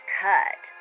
cut